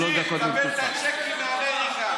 שלוש דקות לרשותך.